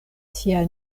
sia